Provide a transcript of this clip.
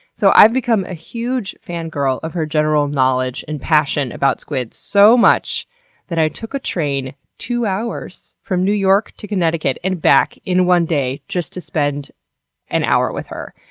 so i've become a huge fangirl of her general knowledge and passion about squid, so much that i took a train two hours from new york to connecticut and back in one day just to spend an hour with her.